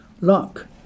Luck